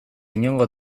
inongo